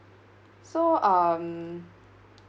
so um